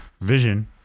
vision